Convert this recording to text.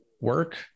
work